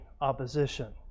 opposition